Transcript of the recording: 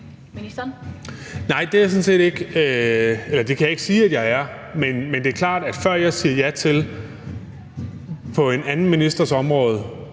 Nej, det er jeg sådan set ikke; det kan jeg ikke sige at jeg er, men det er klart, at før jeg siger ja til på en anden ministers område